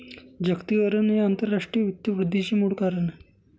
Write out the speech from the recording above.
जागतिकीकरण हे आंतरराष्ट्रीय वित्त वृद्धीचे मूळ कारण आहे